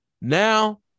Now